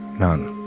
none.